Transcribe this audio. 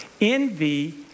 Envy